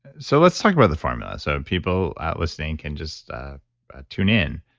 so let's talk about the formula so people listening can just ah ah tune in.